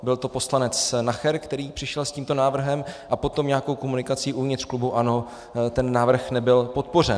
Byl to poslanec Nacher, který přišel s tímto návrhem, a potom nějakou komunikací uvnitř klubu ANO ten návrh nebyl podpořen.